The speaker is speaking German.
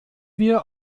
wir